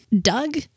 Doug